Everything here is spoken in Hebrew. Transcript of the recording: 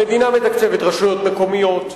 המדינה מתקצבת רשויות מקומיות,